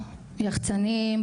יח"צנים,